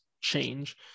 change